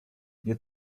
nie